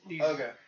Okay